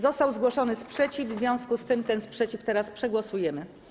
Został zgłoszony sprzeciw, w związku z tym ten sprzeciw teraz przegłosujemy.